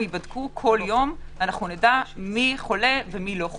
ייבדקו כל יום - נדע מי חולה ומי לא,